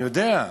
אני יודע.